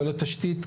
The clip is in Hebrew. כל התשתית,